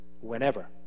whenever